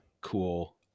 cool